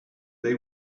they